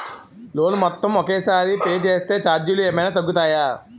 Loan మొత్తం ఒకే సారి పే చేస్తే ఛార్జీలు ఏమైనా తగ్గుతాయా?